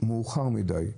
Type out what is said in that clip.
"מאוחר מדי,